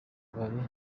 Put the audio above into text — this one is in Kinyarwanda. bari